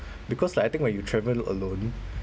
because like I think when you travel alone